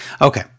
okay